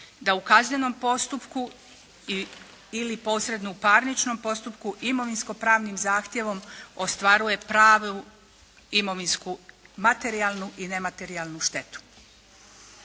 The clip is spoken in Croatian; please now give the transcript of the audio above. da u kaznenom postupku ili posredno u parničnom postupku imovinsko-pravnim zahtjevom ostvaruje pravu imovinsku materijalnu i nematerijalnu štetu.